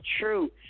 true